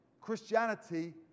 Christianity